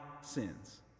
sins